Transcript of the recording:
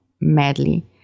madly